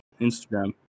Instagram